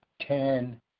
ten